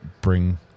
bring